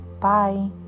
Bye